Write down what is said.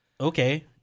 Okay